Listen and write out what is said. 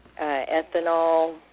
ethanol